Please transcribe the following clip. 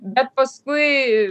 bet paskui